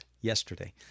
yesterday